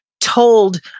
told